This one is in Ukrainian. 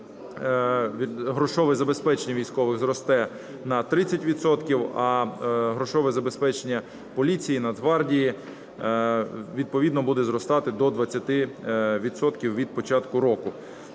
грошове забезпечення військових зросте на 30 відсотків, а грошове забезпечення поліції, Нацгвардії відповідно буде зростати до 20 відсотків від початку року.